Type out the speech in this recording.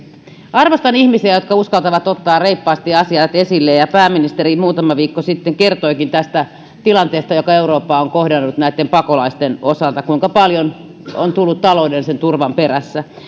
arvostan ihmisiä jotka uskaltavat ottaa reippaasti asiat esille ja pääministeri muutama viikko sitten kertoikin tästä tilanteesta joka eurooppaa on kohdannut pakolaisten osalta kuinka paljon näitä on tullut taloudellisen turvan perässä